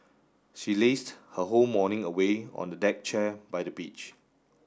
she lazed her whole morning away on a deck chair by the beach